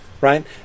right